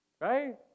Right